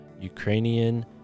Ukrainian